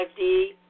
5D